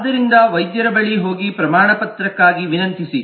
ಆದ್ದರಿಂದ ವೈದ್ಯರ ಬಳಿಗೆ ಹೋಗಿ ಪ್ರಮಾಣಪತ್ರಕ್ಕಾಗಿ ವಿನಂತಿಸಿ